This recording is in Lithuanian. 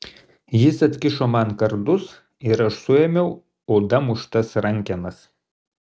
jis atkišo man kardus ir aš suėmiau oda muštas rankenas